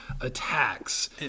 attacks